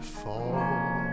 fall